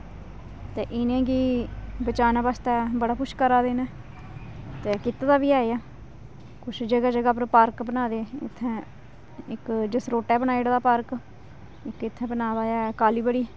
ते इ'नेंगी बचाने बास्तै बड़ा कुछ करा दे न ते कीते दा बी ऐ कुछ जगह् जगह् पर पार्क बनाए दे इत्थैं इक जसरोटा बनाई ओड़े दा पार्क इक इत्थें बनाए दा ऐ कालीबड़ी